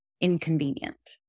inconvenient